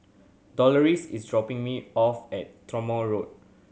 Doloris is dropping me off at Tronoh Road